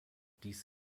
dies